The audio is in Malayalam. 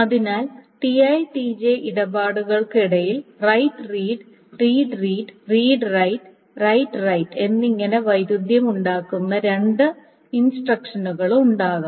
അതിനാൽ Ti Tj ഇടപാടുകൾക്കിടയിൽ write read read read read write write write എന്നിങ്ങനെ വൈരുദ്ധ്യമുണ്ടാക്കുന്ന രണ്ട് ഇൻസ്ട്രക്ഷനുകൾ ഉണ്ടാകാം